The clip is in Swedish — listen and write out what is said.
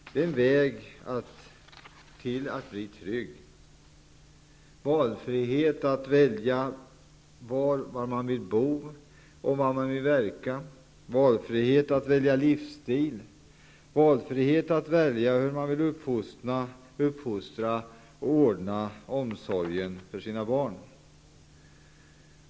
Valfrihet är en väg till trygghet: frihet att välja var man vill bo och verka, frihet att välja livsstil, frihet att välja hur man vill uppfostra sina barn och ordna omsorgen för dem.